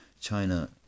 China